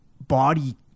body